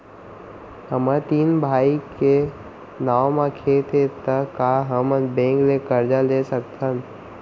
हमर तीन भाई के नाव म खेत हे त का हमन बैंक ले करजा ले सकथन?